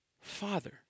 father